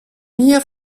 hier